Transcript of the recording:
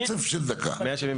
הצבעה בעד 1 נגד